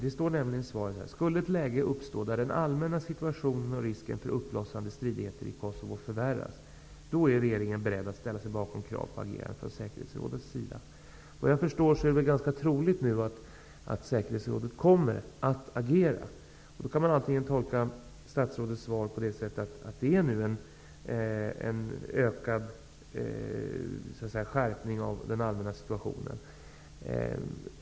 I svaret står det: ''Skulle ett läge uppstå där den allmänna situationen och risken för uppblossande stridigheter i Kosovo förvärras, är regeringen beredd att ställa sig bakom krav på agerande från säkerhetsrådets sida.'' Såvitt jag förstår är det väl ganska troligt att säkerhetsrådet kommer att agera. Då kan man tolka statsrådets svar så, att det nu är fråga om en ökad skärpning av den allmänna situationen.